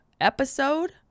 episode